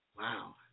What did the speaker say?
Wow